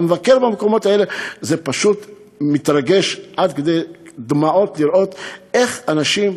אתה מבקר במקומות האלה ואתה פשוט מתרגש עד כדי דמעות לראות איך אנשים,